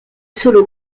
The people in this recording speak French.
solo